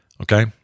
okay